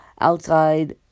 outside